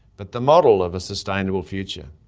but the model of a sustainable future.